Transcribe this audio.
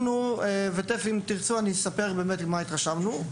אני יכול לספר לכם על ההתרשמות שלנו.